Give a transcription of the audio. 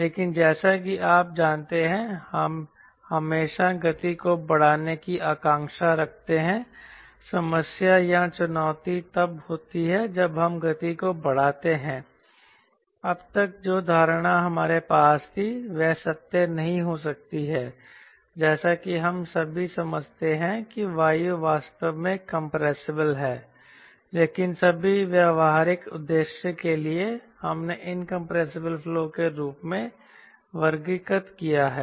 लेकिन जैसा कि आप जानते हैं हम हमेशा गति को बढ़ाने की आकांक्षा रखते हैं समस्या या चुनौती तब होती है जब हम गति को बढ़ाते हैं अब तक जो धारणा हमारे पास थी वह सत्य नहीं हो सकती है जैसा कि हम सभी समझते हैं कि वायु वास्तव में कंप्रेसिबल है लेकिन सभी व्यावहारिक उद्देश्य के लिए हमने इनकंप्रेसिबल फ्लो के रूप में वर्गीकृत किया है